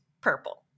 purple